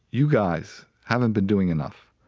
you guys haven't been doing enough.